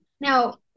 Now